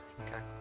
okay